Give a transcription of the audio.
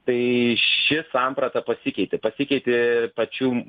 tai ši samprata pasikeitė pasikeitė pačių